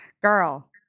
Girl